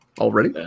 Already